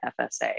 FSA